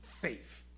faith